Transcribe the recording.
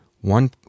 one